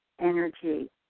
energy